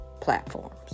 platforms